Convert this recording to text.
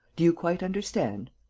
do you quite understand?